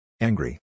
Angry